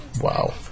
Wow